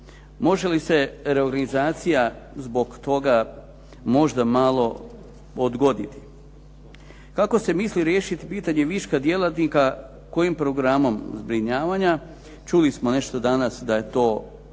Može li se reorganizacija zbog toga možda malo odgoditi? Kako se misli riješiti pitanje viška djelatnika kojim programom zbrinjavanja? Čuli smo nešto danas da je to planirano